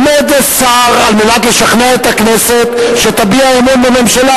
עומד שר על מנת לשכנע את הכנסת שתביע אמון בממשלה,